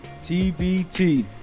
TBT